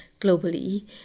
globally